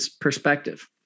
perspective